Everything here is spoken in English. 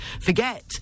forget